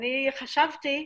אני חשבתי,